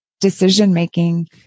decision-making